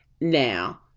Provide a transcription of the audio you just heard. now